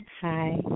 Hi